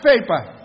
paper